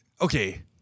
okay